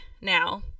now